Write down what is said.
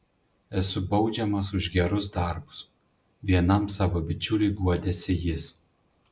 esu baudžiamas už gerus darbus vienam savo bičiuliui guodėsi jis